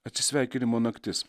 atsisveikinimo naktis